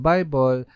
Bible